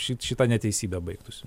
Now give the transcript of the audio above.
ši šita neteisybė baigtųsi